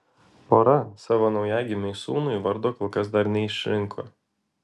pora savo naujagimiui sūnui vardo kol kas dar neišrinko